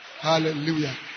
Hallelujah